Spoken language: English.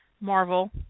Marvel